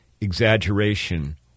exaggeration